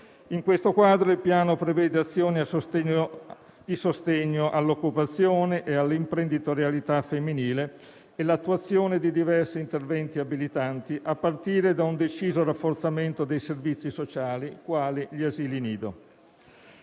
In questo quadro, il Piano prevede azioni di sostegno all'occupazione e all'imprenditorialità femminile e l'attuazione di diversi interventi abilitanti, a partire da un deciso rafforzamento dei servizi sociali, quali gli asili nido.